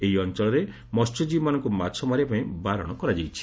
ଏହି ଅଞ୍ଚଳରେ ମହ୍ୟଜୀବୀମାନଙ୍ଙୁ ମାଛ ମାରିବା ପାଇଁ ବାରଣ କରାଯାଇଛି